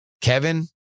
Kevin